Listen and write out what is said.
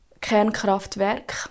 Kernkraftwerk